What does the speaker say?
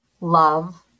love